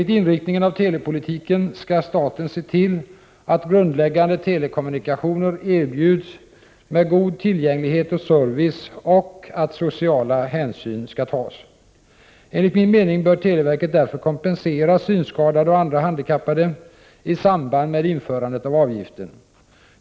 Inriktningen av telepolitiken innebär att staten skall se till att grundläggande telekommunikationer erbjuds med god tillgänglighet och service och att sociala hänsyn tas. Enligt min mening bör televerket därför kompensera synskadade och andra handikappade i samband med införandet av avgiften.